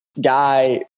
guy